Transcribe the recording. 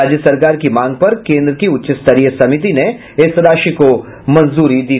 राज्य सरकार की मांग पर केन्द्र की उच्च स्तरीय समिति ने इस राशि को मंजूरी दी